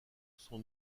son